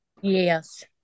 Yes